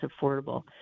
affordable